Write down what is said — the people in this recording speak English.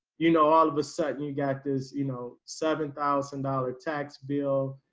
you know, all of a sudden you got this, you know, seven thousand dollars tax bill,